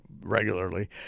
regularly